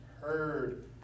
heard